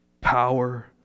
power